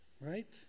right